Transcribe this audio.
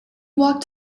walked